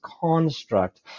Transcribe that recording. construct